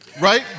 right